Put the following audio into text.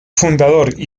fundador